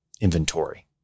inventory